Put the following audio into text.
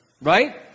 Right